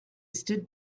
stood